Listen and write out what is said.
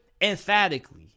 emphatically